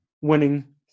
winning